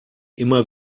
immer